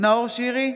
נאור שירי,